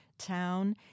town